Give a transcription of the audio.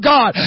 God